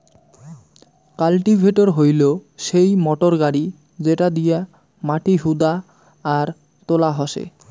cultivator হইলো সেই motor গাড়ি যেটা দিয়া মাটি হুদা আর তোলা হসে